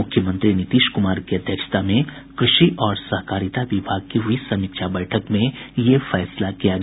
मुख्यमंत्री नीतीश कुमार की अध्यक्षता में कृषि और सहकारिता विभाग की हुई समीक्षा बैठक में ये फैसला किया गया